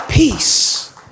peace